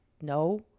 no